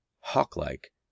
hawk-like